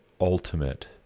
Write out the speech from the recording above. ultimate